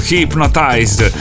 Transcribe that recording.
Hypnotized